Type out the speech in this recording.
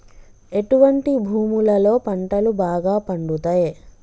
ఎటువంటి భూములలో పంటలు బాగా పండుతయ్?